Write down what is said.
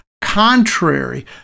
contrary